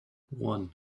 one